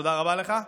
תודה רבה לך.